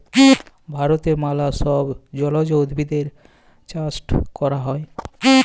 ভারতে ম্যালা ছব জলজ উদ্ভিদেরলে চাষট ক্যরা হ্যয়